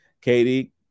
Katie